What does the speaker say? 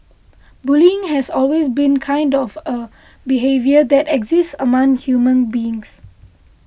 bullying has always been kind of a behaviour that exists among human beings